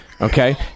Okay